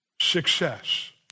success